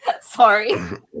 Sorry